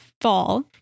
fall